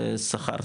זה שכר,